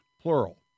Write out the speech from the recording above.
Plural